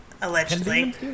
Allegedly